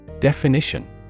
Definition